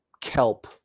kelp